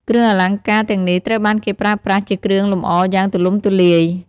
គ្រឿងអលង្ការទាំងនេះត្រូវបានគេប្រើប្រាស់ជាគ្រឿងលម្អយ៉ាងទូលំទូលាយ។